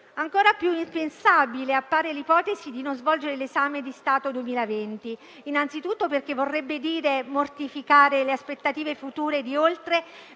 Ancora più impensabile appare l'ipotesi di non svolgere l'esame di Stato 2020, innanzitutto perché vorrebbe dire mortificare le aspettative future di oltre